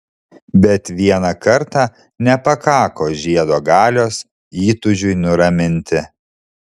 bet vieną kartą nepakako žiedo galios įtūžiui nuraminti